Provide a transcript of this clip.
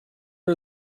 are